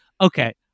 okay